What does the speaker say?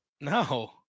No